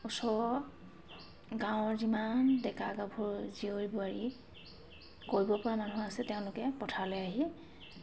ওচৰৰ গাঁৱৰ যিমান ডেকা গাভৰু জীয়ৰী বোৱাৰী কৰিবপৰা মানুহ আছে তেওঁলোকে পথাৰলৈ আহি